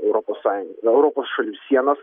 europos sąjun europos šalių sienas